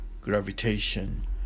gravitation